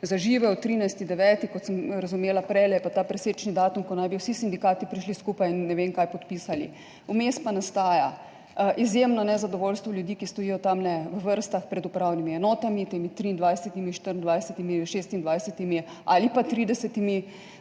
zaživel. 13. 9., kot sem razumela prejle, je pa ta presečni datum, ko naj bi vsi sindikati prišli skupaj in ne vem kaj podpisali. Vmes pa nastaja izjemno nezadovoljstvo ljudi, ki stojijo tam v vrstah pred upravnimi enotami, temi 23, 24, 26 ali pa 30.